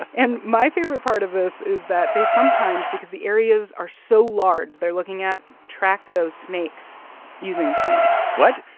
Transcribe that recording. and my favorite part of this is that they sometimes, because the areas are so large, they're looking at, track those snakes using planes what?